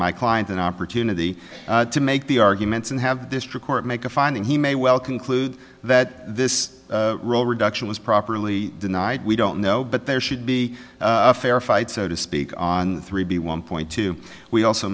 my client an opportunity to make the arguments and have district court make a finding he may well conclude that this rule reduction was properly denied we don't know but there should be a fair fight so to speak on three b one point two we also